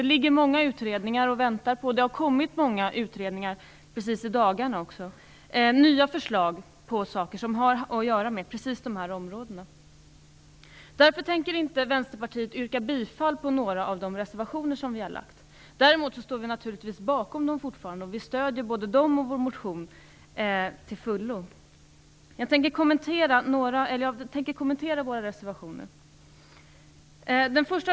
Det ligger många utredningar och väntar, och det har kommit många utredningar i dagarna med nya förslag på saker som har att göra med precis dessa områden. Därför tänker vi i Vänsterpartiet inte yrka bifall till några av våra reservationer. Däremot står vi naturligtvis fortfarande bakom dem, och vi stöder till fullo både dem och vår motion. Jag tänker kommentera våra reservationer.